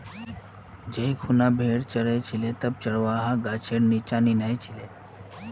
जै खूना भेड़ च र छिले तब चरवाहा गाछेर नीच्चा नीना छिले